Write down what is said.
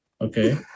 Okay